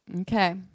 Okay